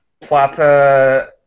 Plata